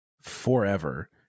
forever